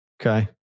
Okay